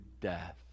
death